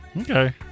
Okay